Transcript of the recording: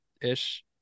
ish